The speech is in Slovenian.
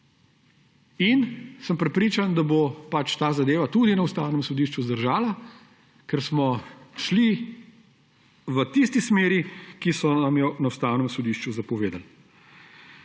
Prepričan sem, da bo pač ta zadeva tudi na Ustavnem sodišču zdržala, ker smo šli v tisti smeri, ki so nam jo na Ustavnem sodišču zapovedali.